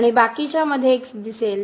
आणि बाकीच्यामध्ये x दिसेल